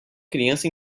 criança